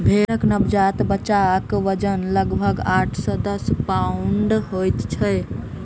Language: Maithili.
भेंड़क नवजात बच्चाक वजन लगभग आठ सॅ दस पाउण्ड होइत छै